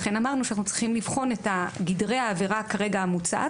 ולכן אמרנו שאנחנו צריכים לבחון את גדרי העבודה המוצעת כרגע.